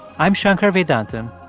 i'm shankar vedantam,